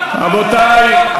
מפני שלא יצא כלום.